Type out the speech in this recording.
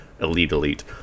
elite-elite